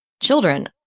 children